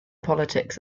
politics